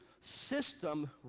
system